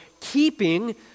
keeping